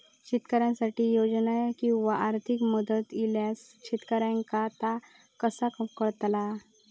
शेतकऱ्यांसाठी योजना किंवा आर्थिक मदत इल्यास शेतकऱ्यांका ता कसा कळतला?